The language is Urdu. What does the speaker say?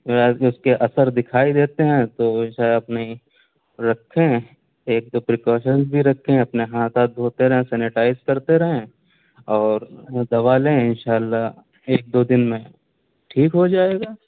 یا اس کے اثر دکھائی دیتے ہیں تو وہ جو ہے اپنی رکھیں ایک دو پریکاشنس بھی رکھیں اپنے ہاتھ آت دھوتے رہیں سینیٹائز کرتے رہیں اور وہ دوا لیں ان شاء اللہ ایک دو دن میں ٹھیک ہو جائے گا